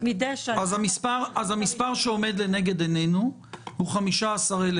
המספר שעומד לנגד עינינו הוא ה-15,000